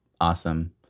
Awesome